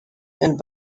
and